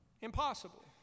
Impossible